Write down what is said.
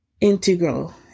integral